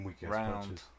Round